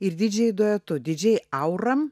ir didžėj duetu didžėj auram